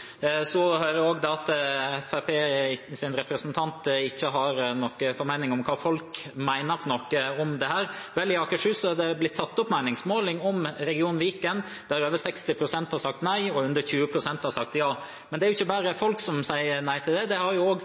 Så hører jeg også at Fremskrittspartiets representant ikke har noen formening om hva folk mener om dette. I Akershus er det blitt tatt opp meningsmåling om region Viken, der over 60 pst. har sagt nei og under 20 pst. har sagt ja. Men det er ikke bare folk som sier nei – det har